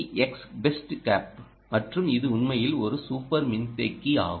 X best cap மற்றும் இது உண்மையில் ஒரு சூப்பர் மின்தேக்கி ஆகும்